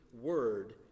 word